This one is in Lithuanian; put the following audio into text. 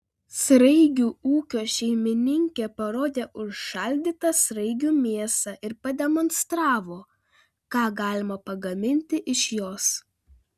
sraigių ūkio šeimininkė parodė užšaldytą sraigių mėsą ir pademonstravo ką galima pagaminti iš jos